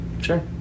Sure